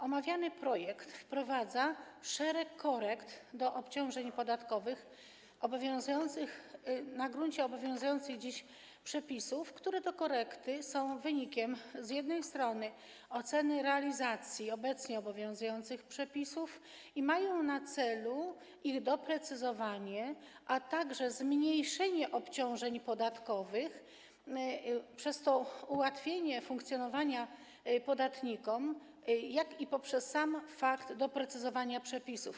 Omawiany projekt wprowadza szereg korekt do obciążeń podatkowych na gruncie obowiązujących dziś przepisów, które to korekty są wynikiem oceny realizacji obecnie obowiązujących przepisów i mają na celu ich doprecyzowanie, a także zmniejszenie obciążeń podatkowych, a przez to ułatwienie funkcjonowania podatnikom poprzez sam fakt doprecyzowania przepisów.